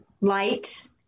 light